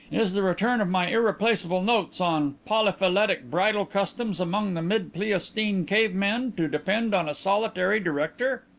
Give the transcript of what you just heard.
is the return of my irreplaceable notes on polyphyletic bridal customs among the mid-pleistocene cave men to depend on a solitary director?